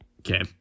Okay